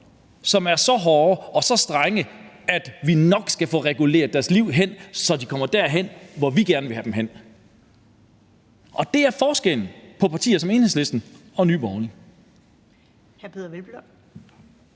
som er så hårde og så strenge, at vi nok skal få reguleret deres liv, så de kommer derhen, hvor vi gerne vil have dem. Det er forskellen på partier som Enhedslisten og Nye Borgerlige. Kl.